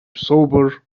sober